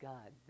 God